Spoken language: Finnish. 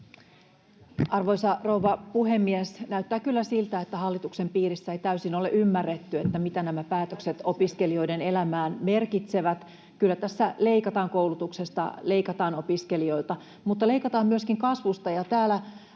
Arvoisa rouva puhemies! Näyttää kyllä siltä, että hallituksen piirissä ei täysin ole ymmärretty, mitä nämä päätökset opiskelijoiden elämään merkitsevät. Kyllä tässä leikataan koulutuksesta ja leikataan opiskelijoilta, mutta leikataan myöskin kasvusta,